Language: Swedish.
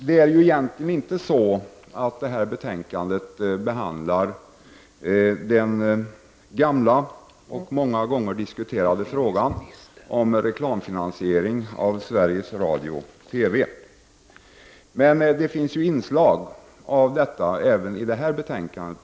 Detta betänkande behandlar egentligen inte den gamla och mycket diskuterade frågan om reklamfinansiering av Sveriges Radio/TV. Men det finns inslag av detta även i det här betänkandet.